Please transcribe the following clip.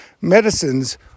medicines